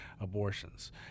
abortions